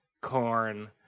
corn